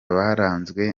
baranzwe